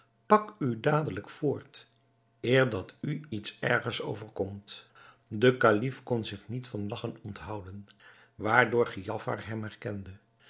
pak u dadelijk voort eer dat u iets erger overkomt de kalif kon zich niet van lagchen onthouden waardoor giafar hem herkende